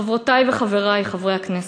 חברותי וחברי חברי הכנסת,